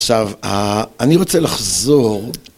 עכשיו, אני רוצה לחזור